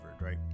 right